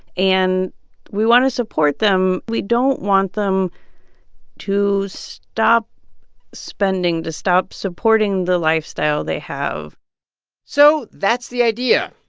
and we want to support them. we don't want them to stop spending, to stop supporting the lifestyle they have so that's the idea.